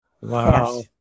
Wow